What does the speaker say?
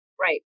Right